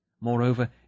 Moreover